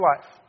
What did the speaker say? life